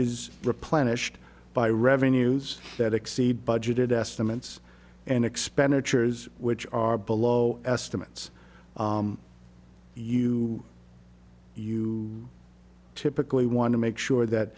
is replenished by revenues that exceed budgeted estimates and expenditures which are below estimates you you typically want to make sure that